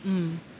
mm